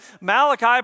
Malachi